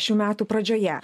šių metų pradžioje